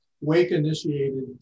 wake-initiated